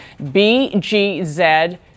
BGZ